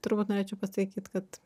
turbūt norėčiau pasakyt kad